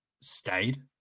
stayed